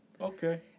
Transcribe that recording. Okay